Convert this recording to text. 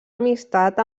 amistat